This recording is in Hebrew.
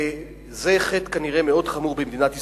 זה כנראה חטא מאוד חמור במדינת ישראל.